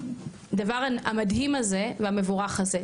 לדבר המדהים והמבורך הזה.